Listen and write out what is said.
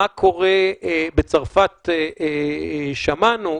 מה קורה בצרפת שמענו.